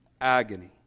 Agony